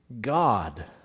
God